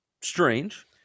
strange